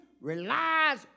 relies